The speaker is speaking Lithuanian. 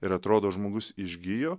ir atrodo žmogus išgijo